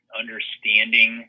understanding